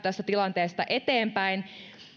tästä tilanteesta eteenpäin